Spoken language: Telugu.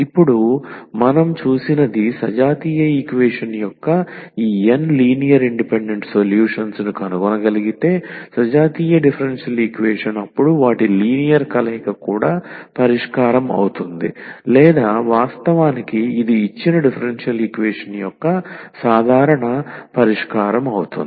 ఇప్పుడు మనం చూసినది సజాతీయ ఈక్వేషన్ యొక్క ఈ n లీనియర్ ఇండిపెండెంట్ సొల్యూషన్స్ ను కనుగొనగలిగితే సజాతీయ డిఫరెన్షియల్ ఈక్వేషన్ అప్పుడు వాటి లీనియర్ కలయిక కూడా పరిష్కారం అవుతుంది లేదా వాస్తవానికి ఇది ఇచ్చిన డిఫరెన్షియల్ ఈక్వేషన్ యొక్క సాధారణ పరిష్కారం అవుతుంది